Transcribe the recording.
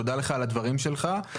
תודה לך, על הדברים שלך.